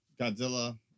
Godzilla